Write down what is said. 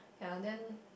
ya then